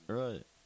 right